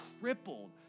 crippled